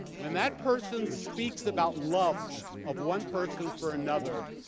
when that person speaks about love of one person for another,